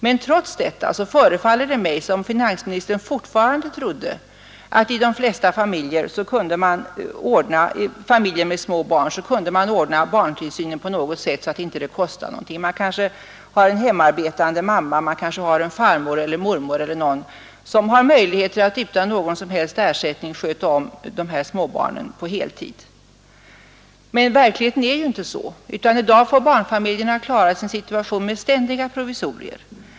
Men trots detta förefaller det mig som om finansministern fortfarande trodde att i de flesta familjer med småbarn kunde man ordna barntillsynen på något sätt så att den inte kostade någonting — man kanske har en hemmavarande mamma, man kanske har en farmor eller en mormor eller någon annan som har möjligheter att utan någon som helst ersättning sköta om småbarnen på heltid. Men verkligheten är inte sådan, utan i dag får barnfamiljerna klara sin situation med ständiga provisorier.